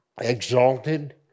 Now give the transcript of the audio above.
exalted